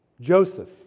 Joseph